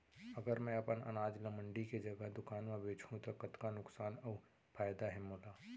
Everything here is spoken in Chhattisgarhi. अगर मैं अपन अनाज ला मंडी के जगह दुकान म बेचहूँ त कतका नुकसान अऊ फायदा हे मोला?